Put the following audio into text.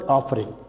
Offering